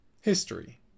History